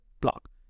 block